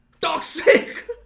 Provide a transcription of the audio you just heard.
toxic